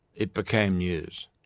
it became news.